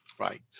Right